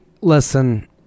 listen